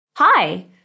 Hi